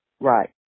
Right